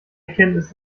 erkenntnis